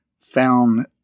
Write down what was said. found